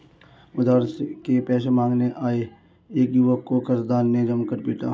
उधार के पैसे मांगने आये एक युवक को कर्जदार ने जमकर पीटा